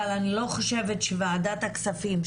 אבל אני לא חושבת שוועדת הכספים,